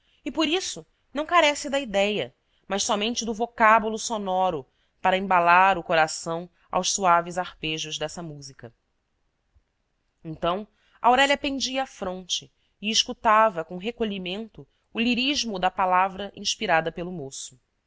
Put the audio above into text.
e por isso não carece da idéia mas somente do vocábulo sonoro para embalar o coração aos suaves harpejos dessa música então aurélia pendia a fronte e escutava com recolhimento o lirismo da palavra inspirada pelo moço